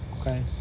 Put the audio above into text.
Okay